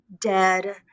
dead